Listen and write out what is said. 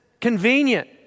convenient